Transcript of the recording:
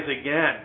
again